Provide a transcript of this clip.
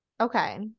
Okay